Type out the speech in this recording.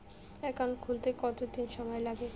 Account খুলতে কতদিন সময় লাগে?